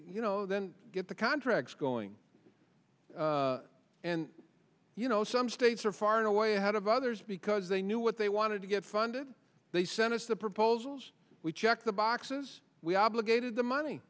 you know then get the contracts going and you know some states are far away ahead of others because they knew what they wanted to get funded they sent us the proposals we checked the boxes we obligated the money